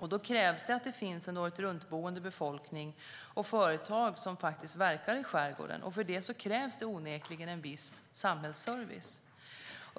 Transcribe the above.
Då krävs det att det finns en åretruntboende befolkning och företag som faktiskt verkar i skärgården. Och för det krävs det onekligen en viss samhällsservice.